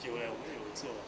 有 liao 我有做